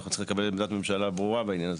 אנחנו צריכים לקבל עמדת ממשלה ברורה בעניין הזה.